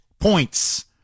points